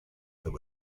there